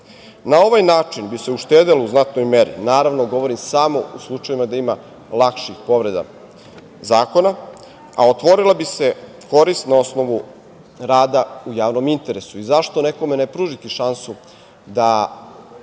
Na ovaj način bi se uštedelo u znatnoj meri. Naravno, govorim samo u slučajevima gde ima lakših povreda zakona. Otvorila bi se korist na osnovu rada u javnom interesu. Zašto nekome ne pružiti šansu da